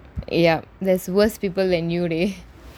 ya there's worse people and you dey